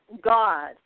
God